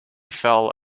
fell